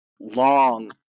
long